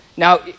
Now